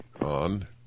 on